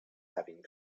having